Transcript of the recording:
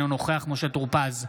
אינו נוכח משה טור פז,